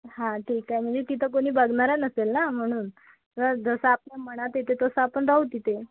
हा ठीक आहे नी तिथं कुणी बघणारं नसेल ना म्हणून तर जसं आपल्या मनात येतं तसं आपण राहू तिथे